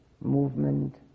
movement